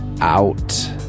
out